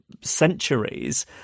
centuries